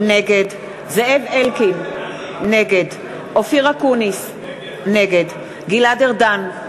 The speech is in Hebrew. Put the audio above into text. נגד זאב אלקין, נגד אופיר אקוניס, נגד גלעד ארדן,